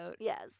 Yes